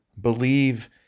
believe